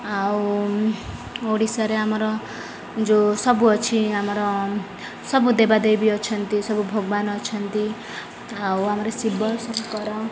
ଆଉ ଓଡ଼ିଶାରେ ଆମର ଯୋଉ ସବୁ ଅଛି ଆମର ସବୁ ଦେବାଦେବୀ ଅଛନ୍ତି ସବୁ ଭଗବାନ ଅଛନ୍ତି ଆଉ ଆମର ଶିବ ଶଙ୍କର